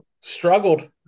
Struggled